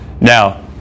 Now